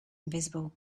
invisible